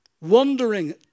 wondering